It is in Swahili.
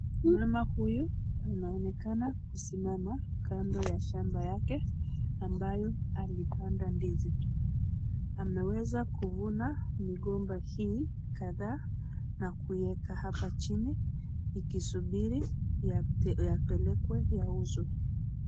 Mama huyu anaonekana kusimama kando ya shamba yake ambayo ambaye alipanda ndizi. Ameweza kuvuna migomba hii kadhaa na kuiweka hapa chini ikisubiri yapelekwe yauzwe.